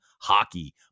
hockey